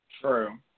True